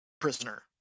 prisoner